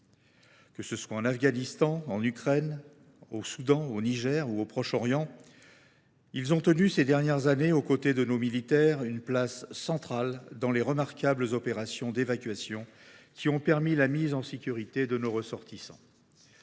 Que ce soit en Afghanistan, en Ukraine, au Soudan, au Niger ou au Proche Orient, ils ont tenu ces dernières années, aux côtés de nos militaires, une place centrale dans les remarquables opérations d’évacuation qui ont permis la mise en sécurité de nos ressortissants.